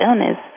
illness